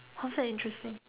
how's that interesting